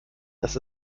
das